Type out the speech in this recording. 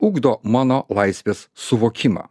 ugdo mano laisvės suvokimą